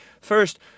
first